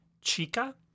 Chica